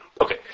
Okay